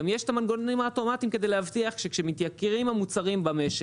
גם יש את המנגנונים האוטומטיים כדי להבטיח שכשמתייקרים המוצרים במשק,